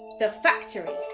the factory.